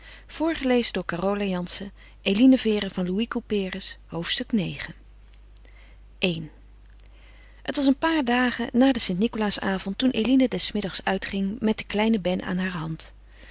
bucchi hoofdstuk ix i het was een paar dagen na den st nicolaasavond toen eline des middags uitging met den kleinen ben aan haar hand